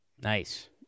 Nice